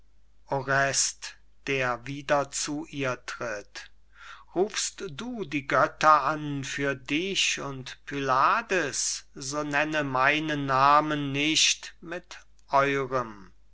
orest tritt wieder zu ihr rufst du die götter an für dich und pylades so nenne meinen namen nicht mit eurem